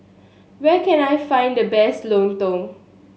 where can I find the best lontong